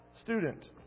student